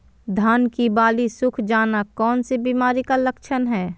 धान की बाली सुख जाना कौन सी बीमारी का लक्षण है?